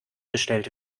gestellt